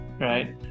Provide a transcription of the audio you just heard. right